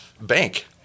bank